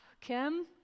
Kim